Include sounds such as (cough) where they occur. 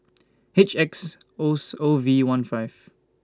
H X O (unintelligible) O V one five